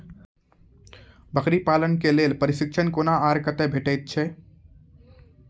बकरी पालन के लेल प्रशिक्षण कूना आर कते भेटैत छै?